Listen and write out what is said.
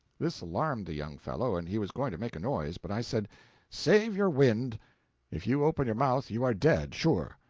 this alarmed the young fellow, and he was going to make a noise but i said save your wind if you open your mouth you are dead, sure.